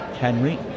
Henry